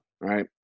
right